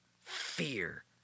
Fear